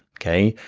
okay?